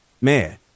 Man